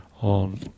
on